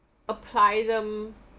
apply them